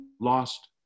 lost